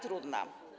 trudna.